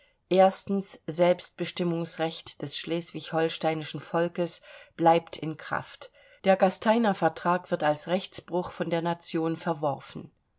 selbstbestimmungsrecht des schleswigholsteinschen volkes bleibt in kraft der gasteiner vertrag wird als rechtsbruch von der nation verworfen